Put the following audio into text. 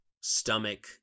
stomach